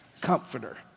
comforter